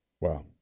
Wow